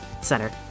center